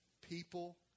people